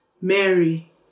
Mary